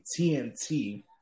TNT